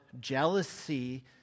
jealousy